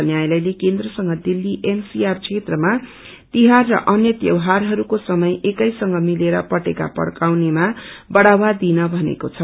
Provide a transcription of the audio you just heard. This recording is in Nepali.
न्यायालयले केन्द्रसँग दिल्ली एनसीआर क्षेत्रमा तिहार र अन्य त्यौहारहरूको समय एकैसँग मिलेर पटेका पड़काउनेमा बढ़ावा दिन भनेको छ